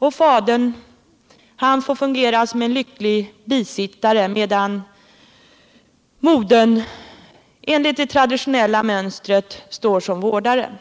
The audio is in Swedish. Och fadern får fungera som en lycklig bisittare, medan modern enligt det traditionella mönstret står som vårdaren.